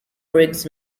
riggs